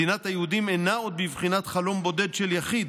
מדינת היהודים אינה עוד בבחינת חלום בודד של יחיד,